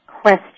question